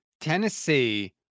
Tennessee